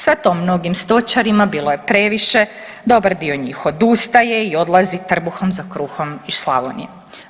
Sve to mnogim stočarima bilo je previše, dobar dio njih odustaje i odlazi trbuhom za kruhom iz Slavonije.